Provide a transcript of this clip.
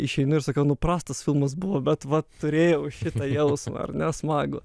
išeinu ir sakau nu prastas filmas buvo bet va turėjau šitą jausmą ar ne smagų